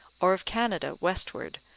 or of canada westward,